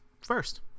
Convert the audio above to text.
first